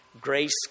Grace